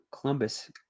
Columbus